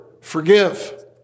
forgive